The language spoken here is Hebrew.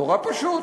נורא פשוט.